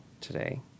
today